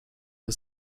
der